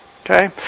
okay